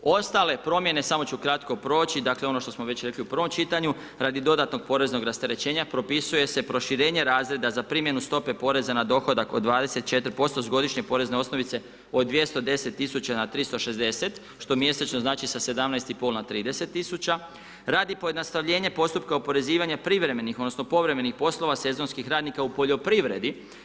Ostale promjene, samo ću ukratko proći, dakle ono što smo već rekli u prvom čitanju radi dodatnog poreznog rasterećenja propisuje se proširenje razreda za primjenu stope poreza na dohodak od 24% s godišnje porezne osnovice od 210 tisuća na 360 što mjesečno znači sa 17,5 na 30 tisuća radi pojednostavljenja postupka oporezivanja privremenih, odnosno povremenih poslova sezonskih radnika u poljoprivredi.